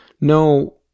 no